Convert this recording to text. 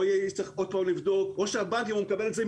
משהו יצפצף לו או ייאמר לו לבדוק או שהבנק יפעל.